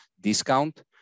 discount